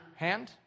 hand